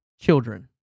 children